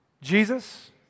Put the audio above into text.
Jesus